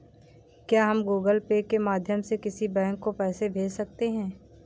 क्या हम Google Pay के माध्यम से किसी बैंक को पैसे भेज सकते हैं?